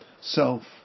self